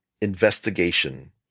investigation